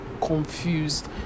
confused